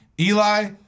Eli